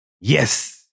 yes